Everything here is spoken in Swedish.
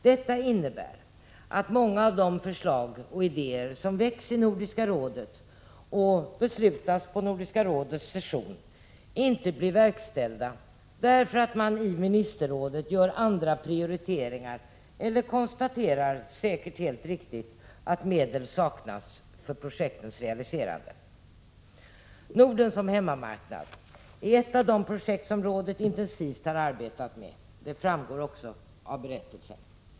Detta innebär att många av de idéer och förslag som väckts i Nordiska rådet och beslutas på Nordiska rådets session inte blir verkställda, därför att man i ministerrådet gör andra prioriteringar eller konstaterar — säkert helt riktigt — att medel saknas för projektens realiserande. Norden som hemmamarknad är ett av de projekt som rådet intensivt har arbetat med — det framgår också av berättelsen.